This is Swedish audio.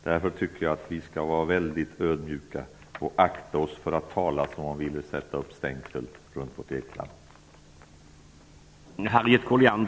Jag tycker därför att vi skall vara väldigt ödmjuka och akta oss för att tala som om vi sätta upp stängsel runt vårt eget land.